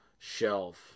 shelf